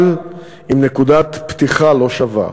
אבל עם נקודת פתיחה לא שווה.